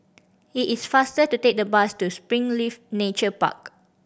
it is faster to take the bus to Springleaf Nature Park